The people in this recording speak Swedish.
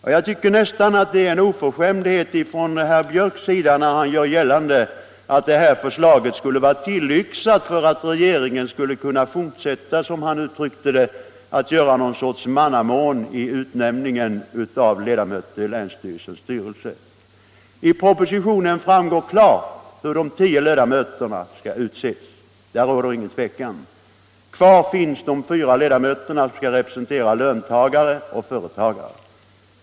Och jag tycker nästan det är en oförskämdhet av herr Björck i Nässjö att göra gällande att det här förslaget skulle vara tillyxat för att regeringen skulle kunna fortsätta, som han uttryckte det, att göra något sorts mannamån i utnämningen av ledamöter i länsstyrelsens styrelse. Nr 136 I propositionen framgår klart hur de tio ledamöterna skall utses — där Tisdagen den råder ingen tvekan. Kvar finns de fyra ledamöter som skall representera 25 maj 1976 löntagare och företagare.